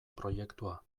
proiektua